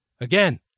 Again